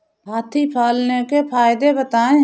हाथी पालने के फायदे बताए?